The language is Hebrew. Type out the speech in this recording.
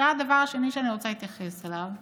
עכשיו לדבר השני שאני רוצה להתייחס אליו.